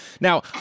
Now